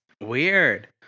Weird